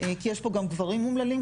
כי פה גם גברים אומללים.